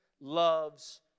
loves